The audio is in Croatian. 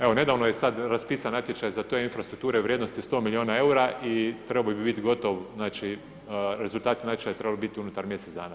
Evo, nedavno je sad raspisan natječaj za te infrastrukture u vrijednosti od 100 milijuna eura i trebao bi biti gotov, znači, rezultati natječaja bi trebali biti unutar mjesec dana.